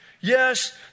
yes